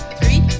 three